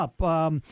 up